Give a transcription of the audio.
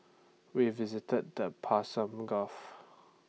we visited the Persian gulf